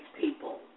people